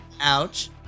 ouch